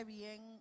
bien